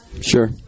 sure